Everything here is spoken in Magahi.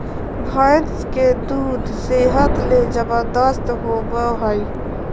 भैंस के दूध सेहत ले जबरदस्त होबय हइ